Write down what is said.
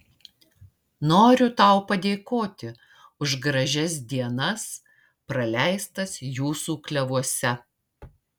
noriu tau padėkoti už gražias dienas praleistas jūsų klevuose